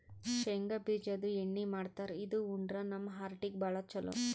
ಶೇಂಗಾ ಬಿಜಾದು ಎಣ್ಣಿ ಮಾಡ್ತಾರ್ ಇದು ಉಂಡ್ರ ನಮ್ ಹಾರ್ಟಿಗ್ ಭಾಳ್ ಛಲೋ